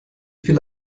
viele